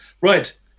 Right